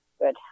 Good